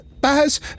Baz